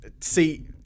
See